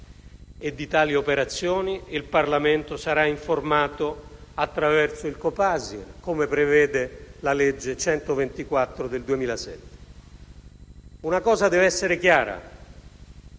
e di tali operazioni il Parlamento sarà informato attraverso il Copasir, come prevede la legge n. 124 del 2007. Una cosa deve essere chiara: